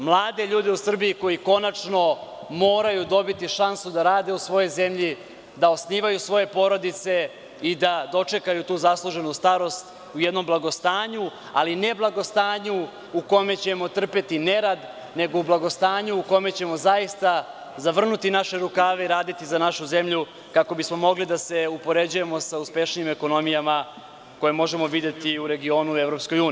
Mlade ljude u Srbiji koji konačno moraju dobiti šansu da rade u svojoj zemlji, da osnivaju svoje porodice i da dočekaju tu zasluženu starost u jednom blagostanju, ali ne blagostanju u kome ćemo trpeti nerad, nego u blagostanju u kome ćemo zaista zavrnuti naše rukave i raditi za našu zemlji kako bi smo mogli da se upoređujemo sa uspešnijim ekonomijama koje možemo videti u regionu i u EU.